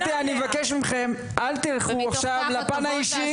קטי, אני מבקש מכם: אל תלכו עכשיו לפן האישי.